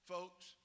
Folks